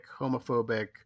homophobic